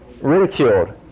ridiculed